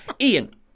Ian